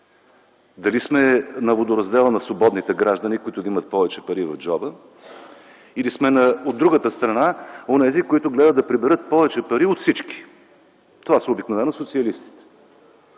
дали сме на водораздела на свободните граждани, които да имат повече пари, или сме от другата страна – онези, които гледат да приберат повече пари от всички – това са обикновено социалистите.